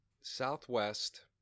Southwest